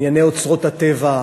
ענייני אוצרות הטבע,